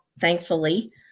thankfully